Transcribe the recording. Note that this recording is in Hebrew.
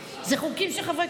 חוקים של חברי